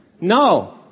No